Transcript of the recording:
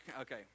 Okay